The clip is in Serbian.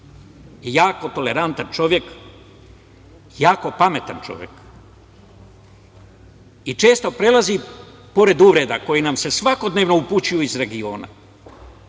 jako tolerantan čovek, jako pametan čovek i često prelazi preko uvreda koje nam se svakodnevno upućuju iz regiona.